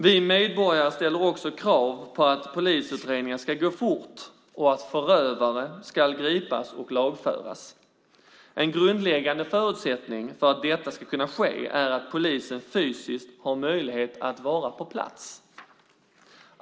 Vi medborgare ställer också krav på att polisutredningen ska gå fort och att förövare ska gripas och lagföras. En grundläggande förutsättning för att detta ska kunna ske är att polisen fysiskt har möjlighet att vara på plats.